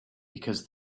because